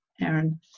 Aaron